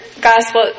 Gospel